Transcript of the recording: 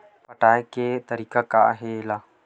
पटाय के तरीका का हे एला?